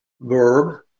verb